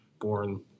born